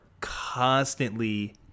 constantly